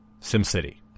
SimCity